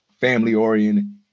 family-oriented